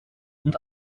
und